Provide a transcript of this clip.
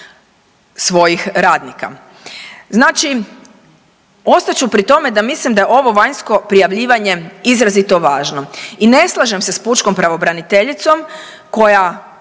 svojih radnika. Znači ostat ću pri tome da mislim da je ovo vanjsko prijavljivanje izrazito važno. I ne slažem se s pučkom pravobraniteljicom koja